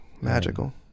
magical